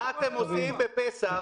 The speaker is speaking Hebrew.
אבל דיברתם פה על רשימה.